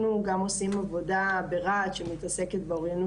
אנחנו גם עושים עבודה ברהט שמתעסקת באוריינות